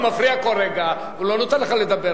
הוא מפריע כל רגע, הוא לא נותן לך לדבר.